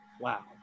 Wow